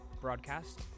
broadcast